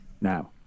Now